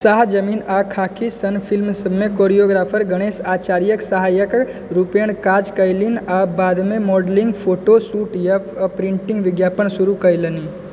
शाह जमीन आओर खाकीसन फिलिमसभमे कोरियोग्राफर गणेश आचार्यके सहायकके रूपमे काज कएलनि आओर बादमे मॉडलिंग फोटो शूट आओर प्रिन्ट विज्ञापन शुरू कएलनि